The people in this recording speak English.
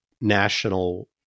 national